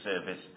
service